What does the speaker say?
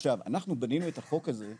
עכשיו אנחנו בנינו את החוק הזה,